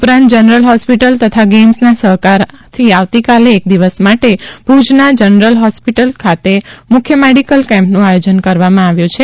ઉપરાંત general hospital તથા ગેઈમ્સના સહકાર આવતીકાલે એક દિવસ માટે ભુજના જનરલ હોસ્પિટલ ખાતે મુખ્ય મેડિકલ કેમ્પનું આયોજન કરવામાં આવ્યું છે